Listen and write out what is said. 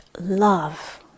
love